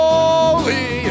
Holy